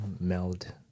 meld